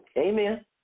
Amen